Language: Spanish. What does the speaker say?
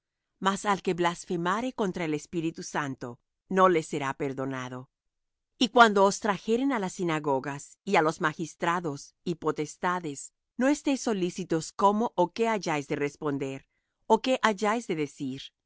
mas al que blasfemare contra el espíritu santo no le será perdonado y cuando os trajeren á las sinagogas y á los magistrados y potestades no estéis solícitos cómo ó qué hayáis de responder ó qué hayáis de decir